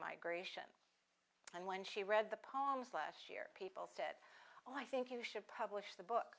migration and when she read the poems last year people said oh i think you should publish the